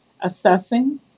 assessing